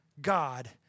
God